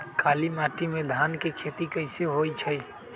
काली माटी में धान के खेती कईसे होइ छइ?